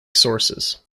sources